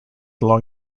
long